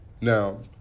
Now